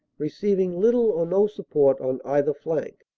receiving little or no support on either flank.